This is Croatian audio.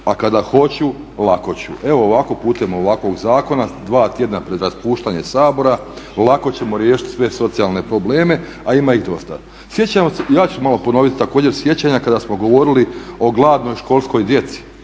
a kada hoću lako ću". Evo ovako putem ovakvog zakona 2 tjedna pred raspuštanje Sabora lako ćemo riješiti sve socijalne probleme a ima ih dosta. Sjećamo se, ja ću malo ponoviti, također sjećanja kada smo govorili o gladnoj školskoj djeci